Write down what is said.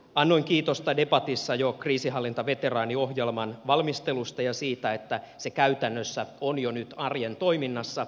annoin kiitosta jo debatissa kriisinhallintaveteraaniohjelman valmistelusta ja siitä että se käytännössä on jo nyt arjen toiminnassa